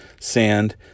sand